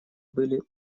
были